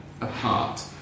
apart